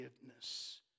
forgiveness